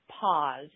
pause